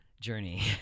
journey